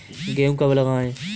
गेहूँ कब लगाएँ?